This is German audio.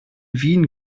wien